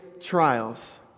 trials